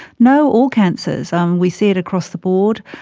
no, all cancers, um we see it across the board,